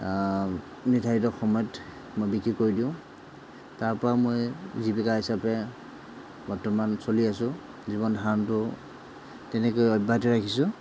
নিৰ্ধাৰিত সময়ত মই বিক্ৰী কৰি দিওঁ তাৰপৰা মই জীৱিকা হিচাপে বৰ্তমান চলি আছোঁ জীৱন ধাৰণটো তেনেকেই অব্যাহত ৰাখিছোঁ